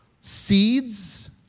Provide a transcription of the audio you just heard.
seeds